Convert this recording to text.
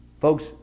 Folks